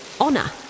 Honor